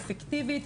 אפקטיבית,